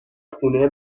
خونه